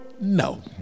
No